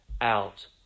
out